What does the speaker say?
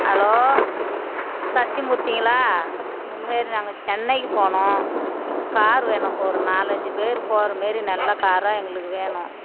hello சத்யமூர்த்தீங்களா இந்த மாரி நாங்கள் சென்னைக்கு போகணும் கார் வேணும் ஒரு நாலு அஞ்சுப் பேர் போகிற மாதிரி நல்ல காராக எங்களுக்கு வேணும்